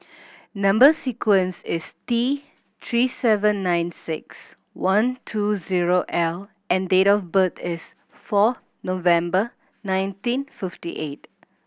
number sequence is T Three seven nine six one two zero L and date of birth is four November nineteen fifty eight